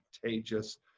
contagious